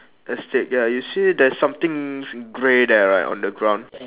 the stick ya you see there's something grey there right on the ground